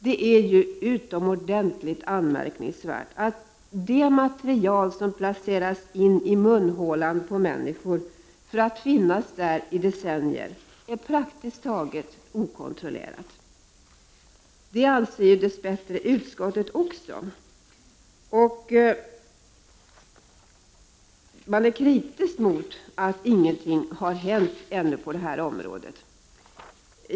Det är utomordentligt anmärkningsvärt att det material som placeras i munhålan på människor för att finnas där i decennier är praktiskt taget helt okontrollerat. Det anser dess bättre även utskottet, som är kritiskt mot att ingenting har hänt på det här området.